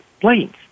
planes